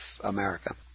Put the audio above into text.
America